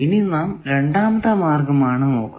ഇനി നാം രണ്ടാമത്തെ മാർഗമാണ് നോക്കുക